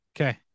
Okay